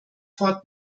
fort